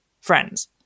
friends